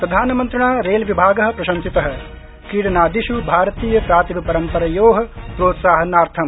प्रधानमन्त्रिणा रेलविभागप्रशंसित क्रीडनकादिष् भारतीय प्रातिभ परम्परयो प्रोत्साहनार्थम्